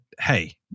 hey